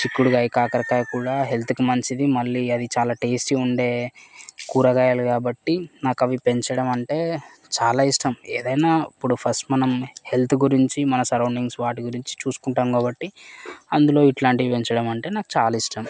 చిక్కుడుకాయ కాకరకాయ కూడా హెల్త్కి మంచిది మళ్ళీ అది చాలా టేస్టీగా ఉండే కూరగాయలు కాబట్టి నాకు అవి పెంచడం అంటే చాలా ఇష్టం ఏదైనా ఇప్పుడు ఫస్ట్ మనం హెల్త్ గురించి మన సరౌండింగ్స్ వాటి గురించి చూసుకుంటాం కాబట్టి అందులో ఇట్లాంటివి పెంచడం అంటే నాకు చాలా ఇష్టం